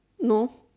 no